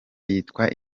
yitwa